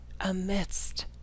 amidst